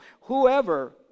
Whoever